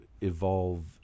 evolve